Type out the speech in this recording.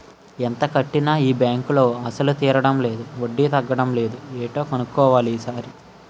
ఎంత కట్టినా ఈ బాంకులో అసలు తీరడం లేదు వడ్డీ తగ్గడం లేదు ఏటో కన్నుక్కోవాలి ఈ సారి